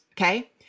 Okay